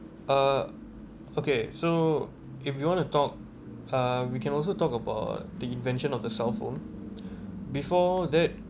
uh okay so if you want to talk uh we can also talk about the invention of the cellphone before that